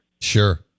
Sure